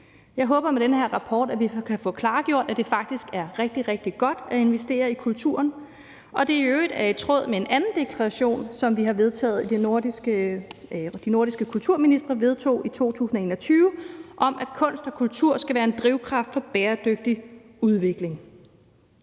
Jeg håber, at vi med den her rapport kan få klargjort, at det faktisk er rigtig, rigtig godt at investere i kulturen, og at det i øvrigt er i tråd med en anden deklaration, som de nordiske kulturministre vedtog i 2021, om, at kunst og kultur skal være en drivkraft for bæredygtig udvikling.